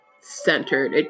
centered